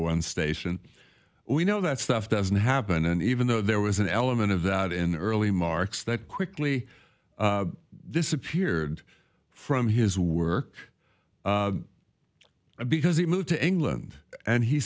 one station we know that stuff doesn't happen and even though there was an element of that in the early marx that quickly disappeared from his work because he moved to england and he